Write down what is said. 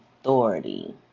authority